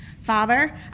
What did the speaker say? Father